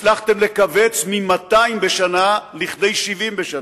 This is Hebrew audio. הצלחתם לכווץ מ-200 בשנה לכדי 70 בשנה,